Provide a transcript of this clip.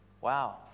Wow